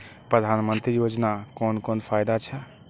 प्रधानमंत्री योजना कोन कोन फायदा छै?